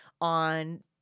on